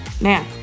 man